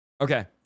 Okay